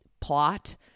plot